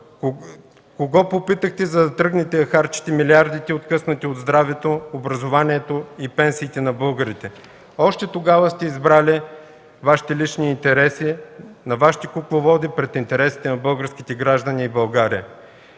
Кого попитахте, за да тръгнете да харчите милиардите, откъснати от здравето, образованието и пенсиите на българите? Още тогава сте избрали вашите лични интереси, на вашите кукловоди, пред интересите на българските граждани и България.